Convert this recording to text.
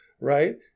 Right